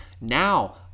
Now